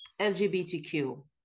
LGBTQ